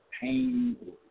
pain